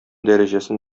дәрәҗәсен